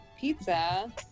pizza